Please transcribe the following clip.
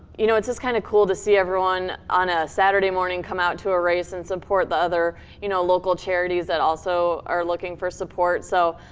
you know, it's just kinda cool to see everyone on a saturday morning come out to a race, and support the other you know local charities that, also, are looking for support. so,